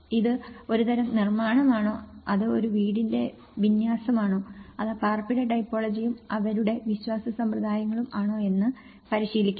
ഇത് ഒരു തരം നിർമ്മാണമാണോ അത് ഒരു വീടിന്റെ വിന്യാസമാണോ അത് പാർപ്പിട ടൈപ്പോളജിയും അവരുടെ വിശ്വാസ സമ്പ്രദായങ്ങളും ആണോ എന്ന് പരിശീലിക്കുന്നു